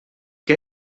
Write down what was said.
què